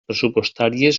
pressupostàries